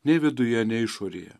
nei viduje nei išorėje